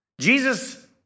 Jesus